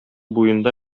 буенда